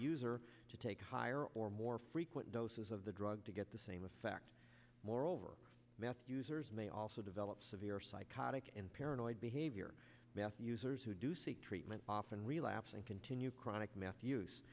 user to take higher or more frequent doses of the drug to get the same effect moreover meth users may also developed severe psychotic and paranoid behavior meth users who do seek treatment often relapse and continue chronic m